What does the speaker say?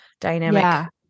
dynamic